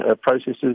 processes